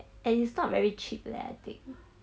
and it's not very cheap leh I think